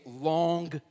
long